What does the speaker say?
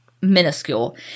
minuscule